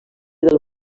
del